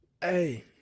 Hey